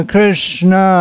Krishna